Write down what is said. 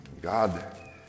God